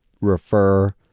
refer